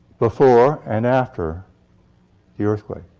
before and after the earthquake.